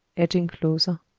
edging closer.